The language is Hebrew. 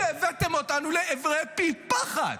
כשהבאתם אותנו לעברי פי-פחת.